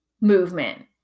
movement